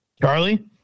Charlie